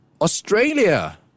Australia